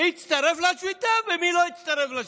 מי הצטרף לשביתה ומי לא הצטרף לשביתה,